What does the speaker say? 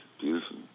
Beautiful